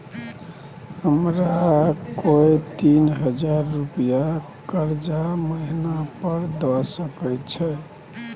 हमरा कोय तीन हजार रुपिया कर्जा महिना पर द सके छै?